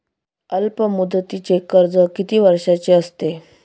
अल्पमुदतीचे कर्ज किती वर्षांचे असते?